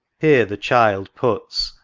here the child puts,